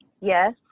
yes